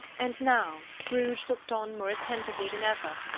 and now scrooge looked on more attentively than ever,